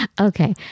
okay